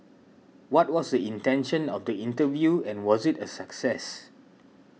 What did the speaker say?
what was the intention of the interview and was it a success